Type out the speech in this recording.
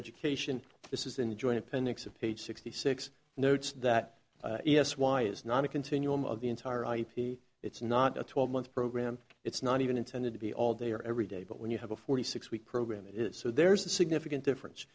education this is enjoin appendix of page sixty six notes that yes why is not a continuum of the entire ip it's not a twelve month program it's not even intended to be all day or every day but when you have a forty six week program it is so there's a significant difference